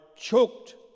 choked